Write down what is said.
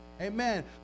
Amen